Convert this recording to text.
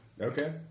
Okay